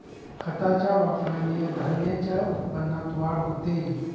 खताच्या वापराने धान्याच्या उत्पन्नात वाढ होते